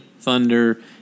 thunder